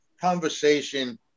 Conversation